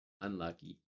unlucky